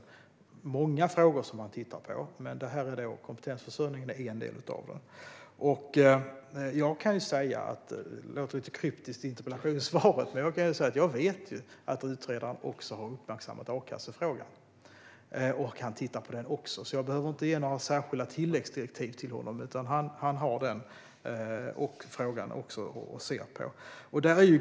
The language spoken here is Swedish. Det är många frågor som han tittar på, och kompetensförsörjningen är en av dem. Det lät lite kryptiskt i interpellationssvaret, men jag kan säga att jag vet att utredaren också har uppmärksammat a-kassefrågan. Han ser alltså även på den, så jag behöver inte ge några särskilda tilläggsdirektiv till honom.